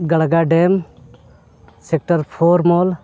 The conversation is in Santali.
ᱜᱟᱲᱜᱟ ᱰᱮᱢ ᱥᱮᱠᱴᱟᱨ ᱯᱷᱳᱨ ᱢᱚᱞ